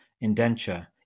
indenture